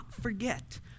forget